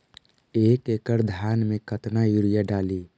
एक एकड़ धान मे कतना यूरिया डाली?